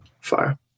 Fire